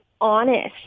honest